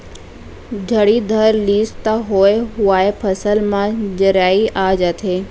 झड़ी धर लिस त होए हुवाय फसल म जरई आ जाथे